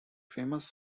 famous